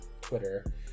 Twitter